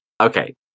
Okay